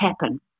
happen